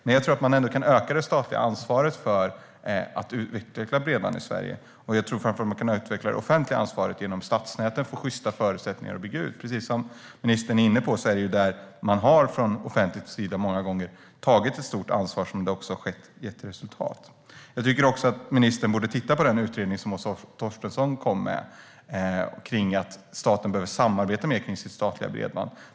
Men jag tror ändå att man kan öka det statliga ansvaret för att utveckla bredband i Sverige, och jag tror framför allt att man kan utveckla det offentliga ansvaret genom stadsnät och sjysta förutsättningar att bygga ut. Precis som ministern är inne på är det där man från offentlig sida har tagit stort ansvar som det har gett resultat. Jag tycker också att ministern borde titta på den utredning som Åsa Torstensson kom med om att staten behöver samarbeta mer kring sitt statliga bredband.